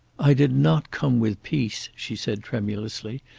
i did not come with peace, she said tremulously,